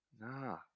Nah